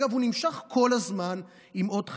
אגב, הוא נמשך כל הזמן, עם עוד חברות.